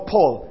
Paul